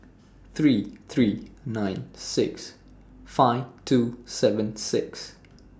three three nine six five two seven six